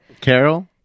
Carol